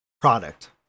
product